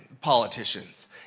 politicians